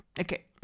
okay